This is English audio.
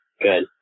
Good